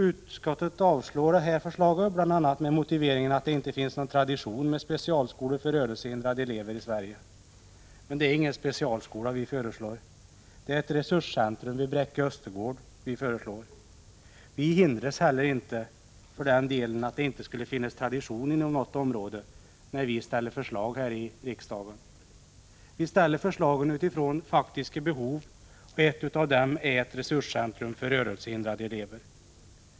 Utskottet avstyrker detta förslag, bl.a. med motiveringen att det i Sverige inte finns någon tradition när det gäller specialskolor för rörelsehindrade elever. Men det är ingen specialskola vi föreslår, utan det är ett resurscentrum vid Bräcke Östergård. Vi hindras för den delen inte heller av att det inte skulle finnas någon tradition inom något område när vi lägger fram förslag här i riksdagen. Vi lägger fram våra förslag utifrån faktiska behov, och ett centrum för rörelsehindrade elever är ett sådant behov.